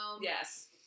Yes